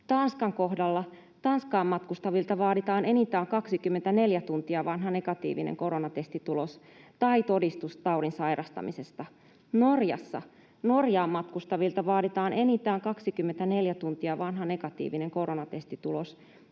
Tanskan kohdalla Tanskaan matkustavilta vaaditaan enintään 24 tuntia vanha negatiivinen koronatestitulos tai todistus taudin sairastamisesta. Norjassa Norjaan matkustavilta vaaditaan enintään 24 tuntia vanha negatiivinen koronatestitulos,